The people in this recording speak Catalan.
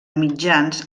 mitjans